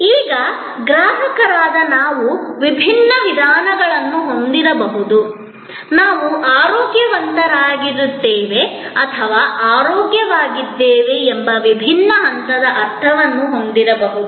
ಈಗ ಗ್ರಾಹಕರಾದ ನಾವು ವಿಭಿನ್ನ ವಿಧಾನಗಳನ್ನು ಹೊಂದಿರಬಹುದು ನಾವು ಆರೋಗ್ಯಕರವಾಗಿರುತ್ತೇವೆ ಅಥವಾ ಆರೋಗ್ಯವಾಗಿದ್ದೇವೆ ಎಂಬ ವಿಭಿನ್ನ ಹಂತದ ಅರ್ಥವನ್ನು ಹೊಂದಿರಬಹುದು